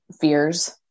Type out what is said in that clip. fears